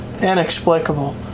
inexplicable